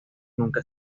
nunca